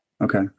Okay